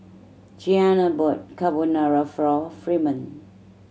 Jeana bought Carbonara Fremont